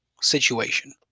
situation